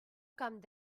camp